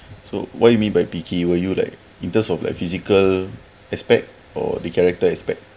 so what you mean by picky were you like in terms of like physical aspect or the character aspect